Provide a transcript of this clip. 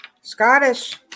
Scottish